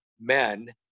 men